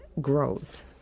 grows